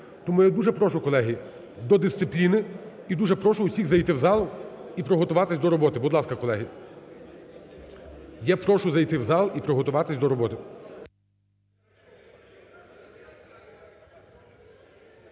Тому я дуже прошу, колеги до дисципліни, і дуже прошу всіх зайти в зал і приготуватись до роботи. Будь ласка, колеги. Я прошу зайти в зал і приготуватись до роботи.